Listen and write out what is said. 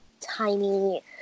tiny